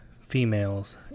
females